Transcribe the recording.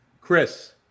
Chris